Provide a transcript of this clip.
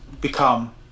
become